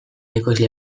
ekoizle